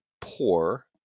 poor